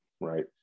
Right